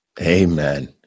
Amen